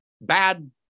bad